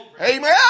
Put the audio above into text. Amen